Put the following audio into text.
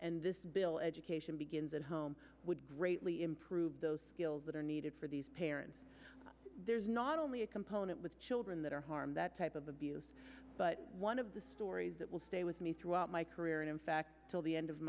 and this bill education begins at home would greatly improve those skills that are needed for these parents there is not only a component with children that are harmed that type of abuse but one of the stories that will stay with me throughout my career and in fact till the end of